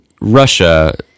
Russia